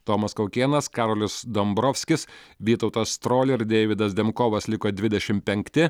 tomas kaukėnas karolis dombrovskis vytautas strolia ir deividas demkovas liko dvidešim penkti